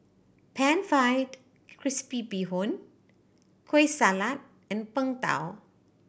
Pan Fried Crispy Bee Hoon Kueh Salat and Png Tao